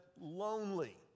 lonely